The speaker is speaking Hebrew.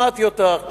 שמעתי אותך.